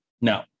No